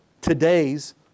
today's